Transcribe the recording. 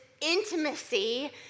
intimacy